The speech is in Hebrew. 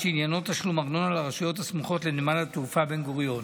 שעניינו תשלום ארנונה לרשויות הסמוכות לנמל התעופה בן-גוריון.